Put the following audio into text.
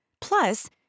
Plus